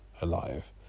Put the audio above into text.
alive